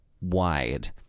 wide